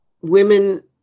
Women